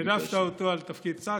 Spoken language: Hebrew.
והעדפת אותו על תפקיד שר.